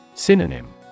Synonym